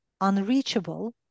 unreachable